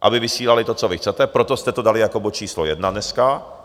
aby vysílali to, co vy chcete, proto jste to dali jako bod číslo 1 dneska.